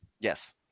Yes